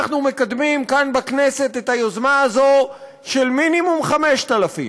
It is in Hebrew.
אנחנו מקדמים כאן בכנסת את היוזמה הזו של מינימום 5,000,